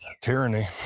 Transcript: tyranny